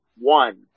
one